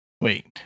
Wait